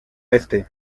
este